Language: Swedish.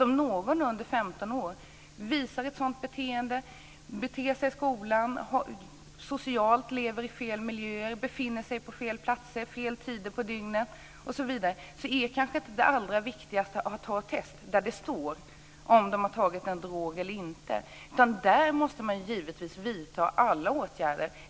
Om någon under 15 år visar ett sådant beteende, beter sig annorlunda i skolan, socialt lever i fel miljöer, befinner sig på fel platser vid fel tider på dygnet osv., tycker jag kanske inte att det allra viktigaste är att göra ett test där det framgår om han eller hon har tagit en drog eller inte. Där måste man givetvis vidta alla åtgärder.